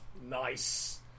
Nice